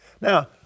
Now